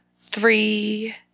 three